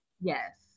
Yes